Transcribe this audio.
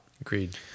Agreed